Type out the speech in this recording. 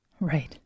right